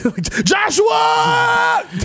Joshua